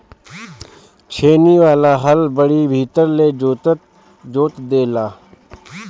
छेनी वाला हल बड़ी भीतर ले जोत देला